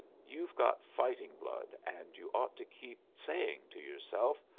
you've got fighting blood and you ought to keep saying to yourself,